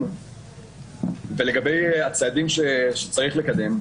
לגבי הצעדים שצריך לקדם: